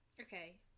Okay